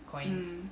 mm